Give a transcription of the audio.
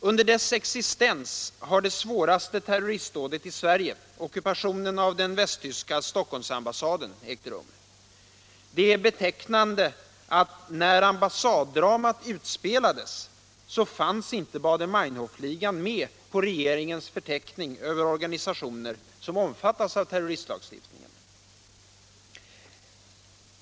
Under dess existens har det svåraste terroristdådet i Sverige - ockupationen av den västtyska Stockholmsambassaden — ägt rum. Det är betecknande att när ambassaddramat utspelades fanns inte Bader-Meinhofligan med på regeringens förteckning över organisationer som omfattas av terroristlagstiftningen.